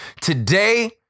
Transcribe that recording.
Today